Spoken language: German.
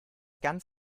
ganz